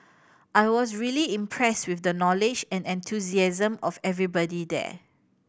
I was really impressed with the knowledge and enthusiasm of everybody there